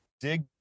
dig